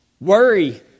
Worry